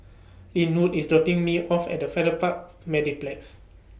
Lynwood IS dropping Me off At The Farrer Park Mediplex